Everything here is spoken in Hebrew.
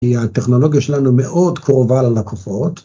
‫כי הטכנולוגיה שלנו ‫מאוד קרובה ללקוחות.